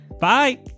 Bye